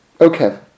Okay